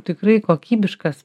tikrai kokybiškas